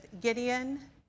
Gideon